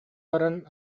баран